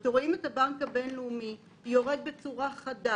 אתם רואים את הבנק הבינלאומי יורד בצורה חדה